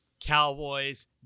cowboys